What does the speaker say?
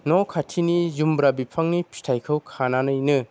न' खाथिनि जुमब्रा बिफांनि फिथाइखौ खानानैनो